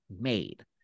made